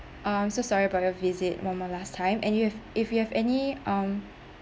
uh I'm so sorry about your visit one more last time and you have if you have any um